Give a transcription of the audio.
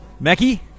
Mackie